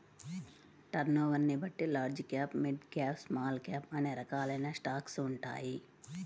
టర్నోవర్ని బట్టి large cap, mid cap, small cap అనే రకాలైన స్టాక్స్ ఉంటాయి